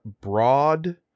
broad